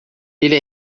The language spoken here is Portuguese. ele